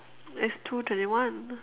it's two twenty one